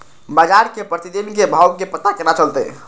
बजार के प्रतिदिन के भाव के पता केना चलते?